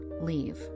leave